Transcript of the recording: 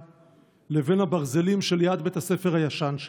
לבין הברזלים שליד בית הספר הישן שלו.